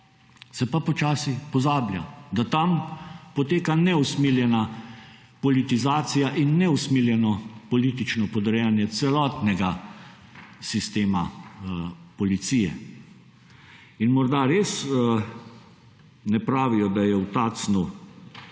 se pa počasi pozablja? Da tam poteka neusmiljena politizacija in neusmiljeno politično podpiranje celotnega sistem Policije. Morda res ne pravijo, da je v Tacnu